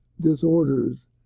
disorders